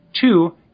Two